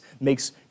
makes